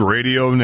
Radio